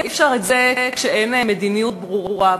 אי-אפשר את זה כשאין מדיניות ברורה.